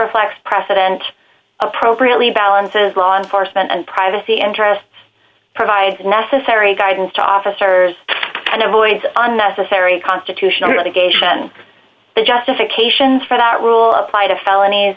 reflects president appropriately balances law enforcement and privacy interests provides necessary guidance to officers and avoids unnecessary constitutional obligation the justifications for that rule apply to felonies